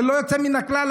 ללא יוצא מן הכלל,